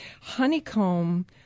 Honeycomb